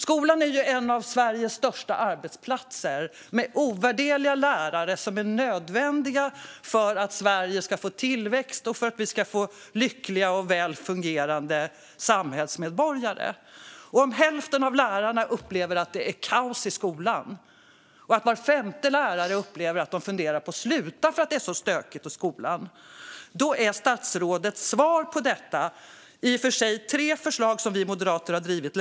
Skolan är en av Sveriges största arbetsplatser, med ovärderliga lärare som är nödvändiga för att Sverige ska få tillväxt och för att vi ska få lyckliga och väl fungerande samhällsmedborgare. Hälften av lärarna upplever att det är kaos i skolan, och var femte lärare funderar på att sluta för att det är så stökigt i skolan. Detta är statsrådets svar på det - det är i och för sig tre förslag som vi moderater länge har drivit.